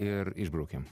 ir išbraukiam